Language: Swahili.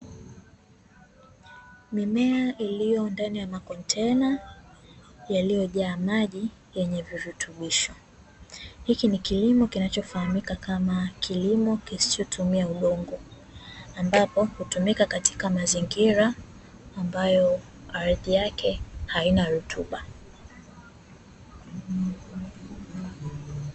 Mimea iliyo ndani ya makontena yaliyojaa maji yenye virutubisho. Hiki ni kilimo kinachofahamika kama kilimo kisichotumia udongo ambapo hutumika katika mazingira ambayo ardhi yake haina rutuba.